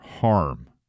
harm